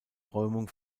räumung